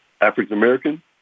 African-American